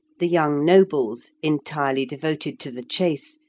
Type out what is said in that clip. the young nobles, entirely devoted to the chase,